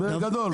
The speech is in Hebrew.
דוד,